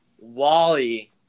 Wally